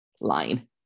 line